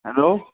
hello